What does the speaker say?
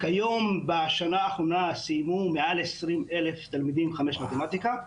כיום בשנה האחרונה סיימו מעל 20,000 תלמידים חמש מתמטיקה,